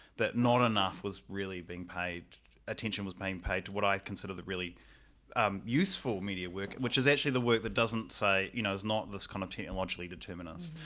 that not enough was really being paid attention was being paid to what i consider the really useful media work which is actually the work that doesn't say. you know is not this kind of technologically determinist.